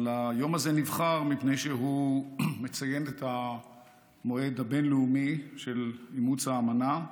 אבל היום הזה נבחר מפני שהוא מציין את המועד הבין-לאומי של אימוץ האמנה,